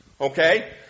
Okay